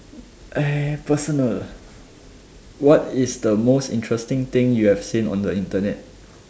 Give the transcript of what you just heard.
eh personal what is the most interesting thing you have seen on the internet